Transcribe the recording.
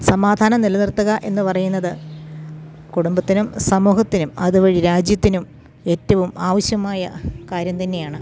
സമാധാനം നിലനിർത്തുക എന്ന് പറയുന്നത് കുടുംബത്തിനും സമൂഹത്തിനും അതുവഴി രാജ്യത്തിനും ഏറ്റവും ആവശ്യമായ കാര്യം തന്നെയാണ്